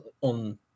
on